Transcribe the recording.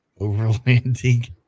overlanding